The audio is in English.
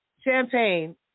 Champagne